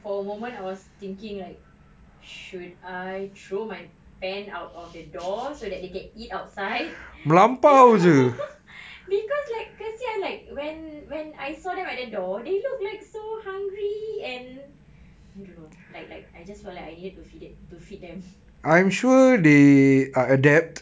for a moment I was thinking like should I throw my pan out of the door so that they can eat outside you know because like kesian when when I saw them at the door they look like so hungry and I don't know like like I just felt like I needed to feed it to feed them